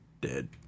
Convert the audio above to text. dead